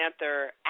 Panther